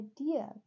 idea